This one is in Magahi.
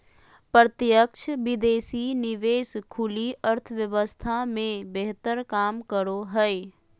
प्रत्यक्ष विदेशी निवेश खुली अर्थव्यवस्था मे बेहतर काम करो हय